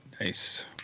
Nice